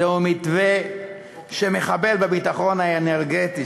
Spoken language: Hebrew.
אני לא מסכימה